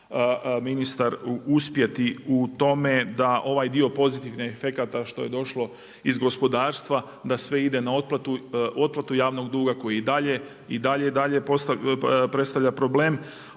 ministar uspjeti u tome da ovaj dio pozitivnih efekata što je došlo iz gospodarstva da sve ide na otplatu javnog duga koji i dalje, i dalje i dalje